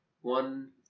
one